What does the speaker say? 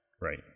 Right